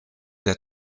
der